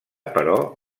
però